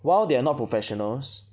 while they are not professionals